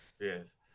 Yes